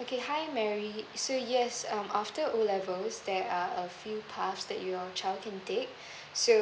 okay hi mary so yes um after O levels there are a few paths that your child can take so